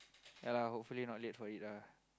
ya lah hopefully not late for it lah